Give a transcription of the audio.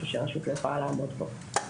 משהו שרשות לא יכולה לעמוד בו.